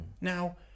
now